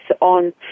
on